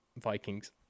Vikings